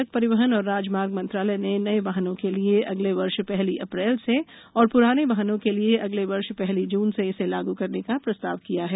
सड़क परिवहन और राजमार्ग मंत्रालय ने नये वाहनों के लिए अगले वर्ष पहली अप्रैल से और प्राने वाहनों के लिए अगले वर्ष पहली जून से इसे लागू करने का प्रस्ताव किया है